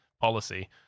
policy